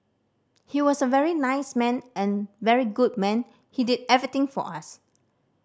he was a very nice man an very good man he did everything for us